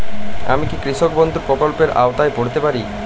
আমি কি কৃষক বন্ধু প্রকল্পের আওতায় পড়তে পারি?